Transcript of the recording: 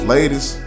Ladies